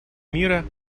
мира